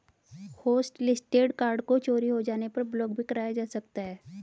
hotlisted card को चोरी हो जाने पर ब्लॉक भी कराया जा सकता है